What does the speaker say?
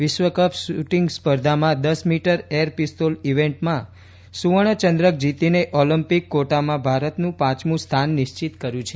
વિશ્વકપ શુટીંગ સ્પર્ધામાં દસ મીટર એર પિસ્તોલ ઇવેન્ટમાં સુવર્ણચંદ્રક જીતીને ઓલિમ્પિક ક્વોટામાં ભારતનું પાંચમું સ્થાન નિશ્ચિત કર્યું છે